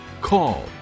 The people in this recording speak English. call